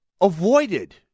avoided